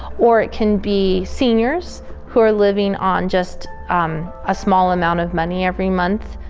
or it can be seniors who are living on just a small amount of money every month.